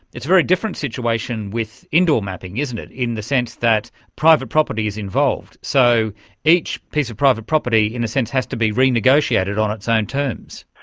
a very different situation with indoor mapping, isn't it, in the sense that private property is involved. so each piece of private property in a sense has to be renegotiated on its own terms.